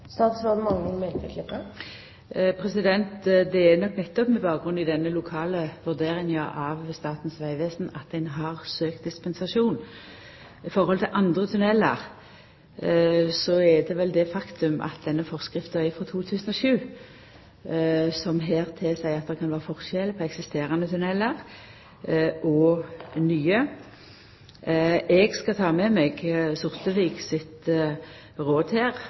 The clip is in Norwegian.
Det er nok nettopp med bakgrunn i denne lokale vurderinga frå Statens vegvesen at ein har søkt dispensasjon. I forhold til andre tunnelar er det eit faktum at denne forskrifta frå 2007 her seier at det kan vera forskjell på eksisterande tunnelar og nye. Eg skal ta med meg Sortevik sitt råd